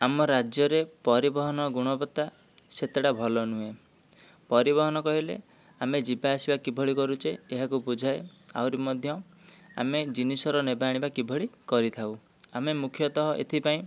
ଆମ ରାଜ୍ୟରେ ପରିବହନ ଗୁଣବତ୍ତା ସେତେଟା ଭଲ ନୁହେଁ ପରିବହନ କହିଲେ ଆମେ ଯିବା ଆସିବା କିଭଳି କରୁଛେ ଏହାକୁ ବୁଝାଏ ଆହୁରି ମଧ୍ୟ ଆମେ ଜିନିଷର ନେବା ଆଣିବା କିଭଳି କରିଥାଉ ଆମେ ମୁଖ୍ୟତଃ ଏଥିପାଇଁ